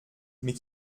mais